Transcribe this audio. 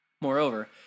Moreover